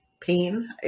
pain